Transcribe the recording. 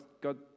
God